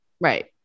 Right